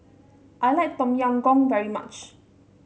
I like Tom Yam Goong very much